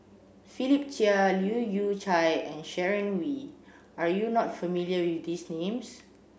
Philip Chia Leu Yew Chye and Sharon Wee are you not familiar with these names